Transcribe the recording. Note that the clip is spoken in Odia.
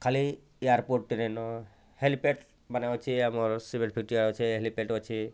ଖାଲି ଏୟାରପୋର୍ଟରେନ ହେଲିପ୍ୟାଡ଼୍ମାନେ ଅଛେ ଆମର୍ ସିଭିଲପେକଆ ଅଛେ ହେଲିପ୍ୟାଡ଼୍ ଅଛେ